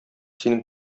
синең